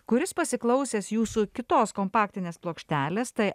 kuris pasiklausęs jūsų kitos kompaktinės plokštelės tai